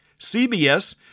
CBS